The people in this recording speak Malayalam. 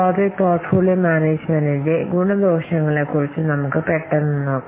ഇനി പ്രോജക്റ്റ് പോർട്ട്ഫോളിയോ മാനേജ്മെന്റിന്റെ ഈ ഗുണദോഷങ്ങളെക്കുറിച്ച് നമുക്ക് പെട്ടെന്ന് നോക്കാം